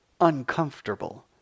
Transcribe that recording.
uncomfortable